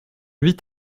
huit